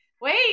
wait